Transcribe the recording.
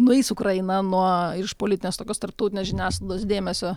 nueis ukraina nuo iš politinės tokios tarptautinės žiniasklaidos dėmesio